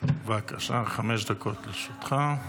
לרשותך.